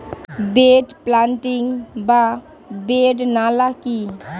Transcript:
Bed planting বা bed নালা কি?